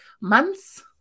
months